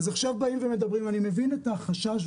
אז עכשיו באים ואומרים אז אני מבין את החשש,